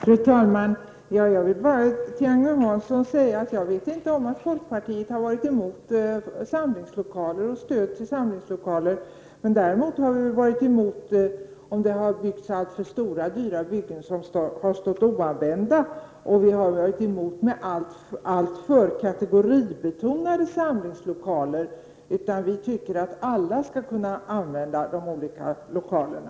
Fru talman! Jag vill bara säga till Agne Hansson att jag inte känner till att folkpartiet har varit emot stödet till samlingslokaler. Däremot har vi varit emot alltför stora och dyra byggen som har stått oanvända. Vi har också varit emot alltför kategoribetonade samlingslokaler. Vi tycker att alla skall kunna använda de olika lokalerna.